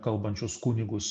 kalbančius kunigus